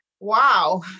Wow